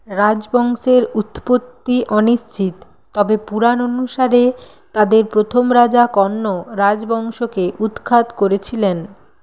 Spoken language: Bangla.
রাজবংশের উৎপত্তি অনিশ্চিত তবে পুরাণ অনুসারে তাদের প্রথম রাজা কণ্ব রাজবংশকে উৎখাত করেছিলেন